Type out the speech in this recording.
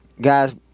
guys